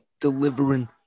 delivering